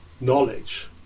knowledge